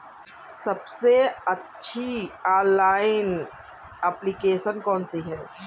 सबसे अच्छी online application कौन सी है?